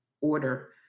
order